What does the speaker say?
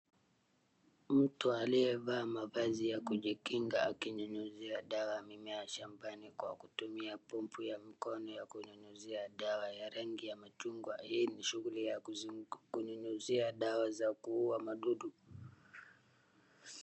Mtu aliyevaa mavazi ya kujikinga kinyenyuzi ya dawa ya mimea shambani kwa kutumia pompu ya mikono ya kunyunyuzia dawa ya rangi ya machungwa hii ni shughuli ya kunyunyuzia dawa za kuua madudu.